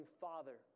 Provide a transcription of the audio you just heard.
Father